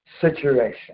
situation